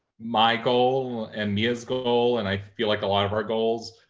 my goal, and mia's goal, and i feel like a lot of our goals,